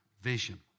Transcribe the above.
vision